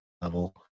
level